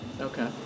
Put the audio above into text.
Okay